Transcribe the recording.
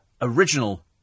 original